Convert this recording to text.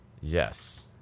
yes